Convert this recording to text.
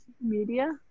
media